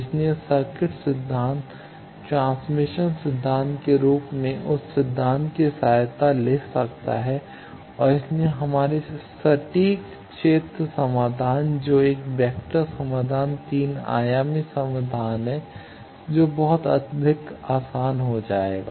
इसलिए सर्किट सिद्धांत ट्रांसमिशन सिद्धांत के रूप में उस सिद्धांत की सहायता ले सकता है और इसलिए हमारे सटीक क्षेत्र समाधान जो एक वेक्टर समाधान तीन आयामी समाधान है जो बहुत अधिक आसान हो जाएगा